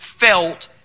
felt